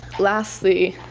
lastly,